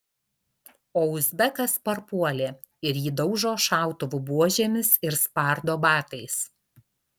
o uzbekas parpuolė ir jį daužo šautuvų buožėmis ir spardo batais